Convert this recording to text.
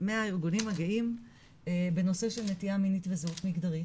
מהארגונים הגאים בנושא של נטייה מינית וזהות מגדרית.